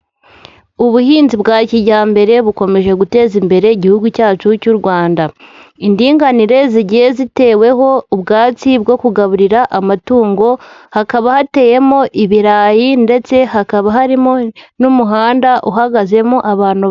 Ubuhinzi bwa kijyambere bukomeje guteza imbere igihugu cyacu cy'u Rwanda. Indinganire zigiye ziteweho ubwatsi bwo kugaburira amatungo, hakaba hateyemo ibirayi, ndetse hakaba harimo n'umuhanda uhagazemo abantu babiri.